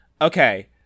okay